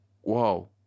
Whoa